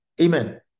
Amen